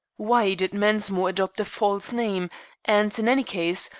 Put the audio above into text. why did mensmore adopt a false name and, in any case,